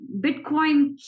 Bitcoin